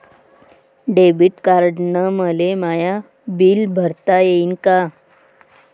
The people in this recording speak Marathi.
डेबिट कार्डानं मले माय बिल भरता येईन का?